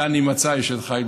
דני מצא אשת חיל,